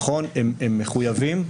נכון, הם מחויבים.